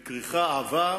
חוק ההתייעלות מחליף,